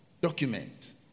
document